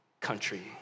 country